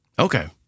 Okay